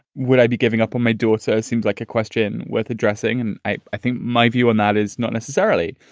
would i be giving up on my daughter? seems like a question with addressing and i i think my view on that is not necessarily.